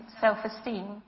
self-esteem